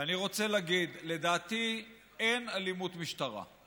ואני רוצה להגיד: לדעתי, אין אלימות משטרה.